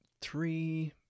three